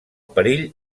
perill